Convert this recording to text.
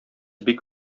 бик